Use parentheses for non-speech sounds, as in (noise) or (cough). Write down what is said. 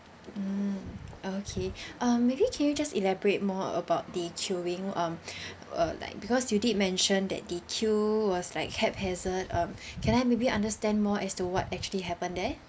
mm okay (breath) um maybe can you just elaborate more about the queuing um (breath) uh like because you did mentioned that the queue was like haphazard um (breath) can I maybe understand more as to what actually happened there